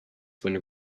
when